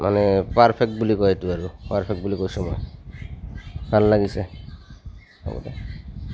মানে পাৰফেক্ট বুলি কয় এইটো আৰু পাৰফেক্ট বুলি কৈছোঁ মই ভাল লাগিছে হ'ব দে